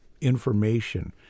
information